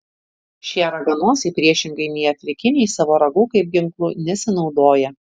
šie raganosiai priešingai nei afrikiniai savo ragu kaip ginklu nesinaudoja